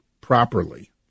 properly